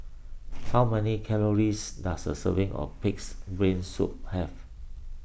how many calories does a serving of Pig's Brain Soup have